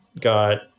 got